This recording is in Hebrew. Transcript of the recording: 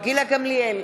גילה גמליאל,